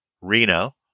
Reno